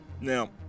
Now